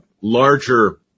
larger